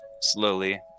slowly